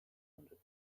hundred